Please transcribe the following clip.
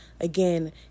again